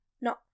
No